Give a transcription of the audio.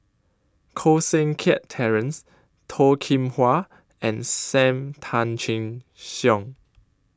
Koh Seng Kiat Terence Toh Kim Hwa and SAM Tan Chin Siong